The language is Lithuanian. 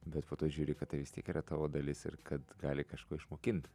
bet po to žiūri kad tai vis tiek yra tavo dalis ir kad gali kažko išmokint